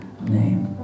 name